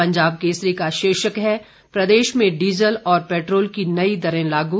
पंजाब केसरी का शीर्षक है प्रदेश में डीजल और पैट्रोल की नई दरें लागू